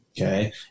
Okay